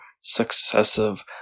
successive